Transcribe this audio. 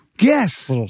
Yes